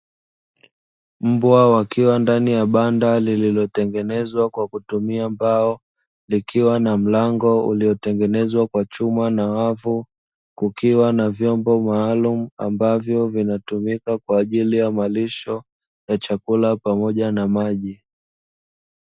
Mbwa wakiwa ndani ya banda lililotengezwa kwa kutumia mbao, likiwa na mlango uliotengenezwa kwa chuma na wavu, kukiwa na vyomba maalumu ambavyo vinatumika kwa ajili ya malisho ya chakula pamoja na maji.